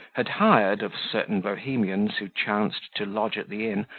had hired of certain bohemians, who chanced to lodge at the inn,